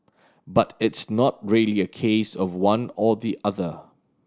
but it's not really a case of one or the other